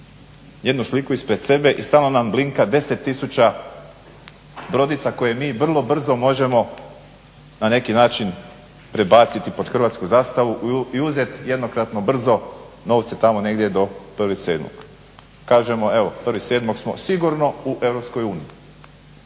jednu sliku ispred sebe i stalno nam blinka 10 tisuća brodica koje mi vrlo brzo možemo na neki način prebaciti pod hrvatsku zastavu i uzeti jednokratno brzo novce tamo negdje do 1.7. Kažemo sigurno smo 1.7. u EU